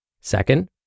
Second